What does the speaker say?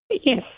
Yes